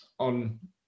on